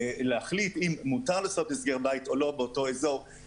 להחליט אם מותר לבצע הסגר בית או לא היא לא מספיקה.